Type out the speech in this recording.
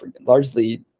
largely